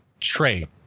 trade